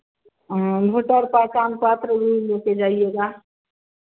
voter पहचान पत्र भी ले कर जाइएगा